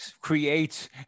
Creates